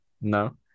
no